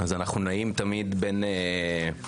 אז אנחנו תמיד נעים בין כעס,